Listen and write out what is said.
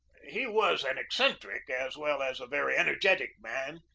he was an eccentric as well as a very energetic man,